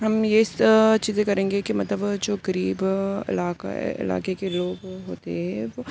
ہم یہ چیزیں کریں گے کہ مطلب جو غریب علاقہ ہے علاقے کے لوگ ہوتے ہیں